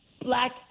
black